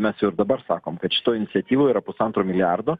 mes ir dabar sakom kad šitoj iniciatyvoj yra pusantro milijardo